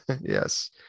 Yes